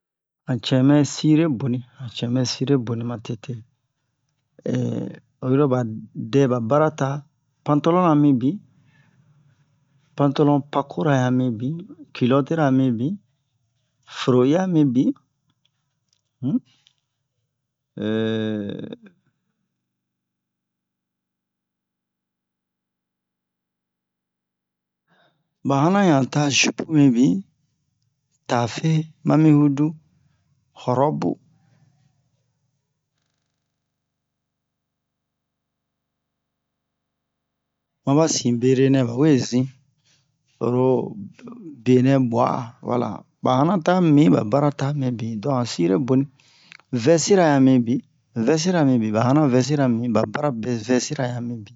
Han cɛmɛ sire boni han cɛmɛ sire boni matete oyiro ɓa dɛɓa bara ta pantalonna mibin pantalon pakora ɲan mibin kilɔtira mibin foro'iya mibin um ɓa hanna ɲan ta zipu tafe mami hudu rɔbu maɓa sin bere nɛ ɓawe zin oro ɓenɛ ɓuwa'a wala ɓa hanna ta mibin ɓa bara ta mibin donk han sire boni vɛsi-ra ŋan mibin vɛsi-ra mibin ɓa hanna vɛsi-ra ɓa bara bɛ- vɛsi-ra ɲan mibin um